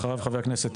בבקשה.